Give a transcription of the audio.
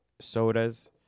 sodas